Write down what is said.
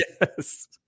Yes